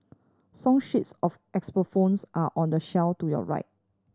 song sheets of xylophones are on the shelf to your right